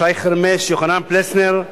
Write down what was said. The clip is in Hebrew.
שי חרמש, יוחנן פלסנר,